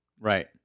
right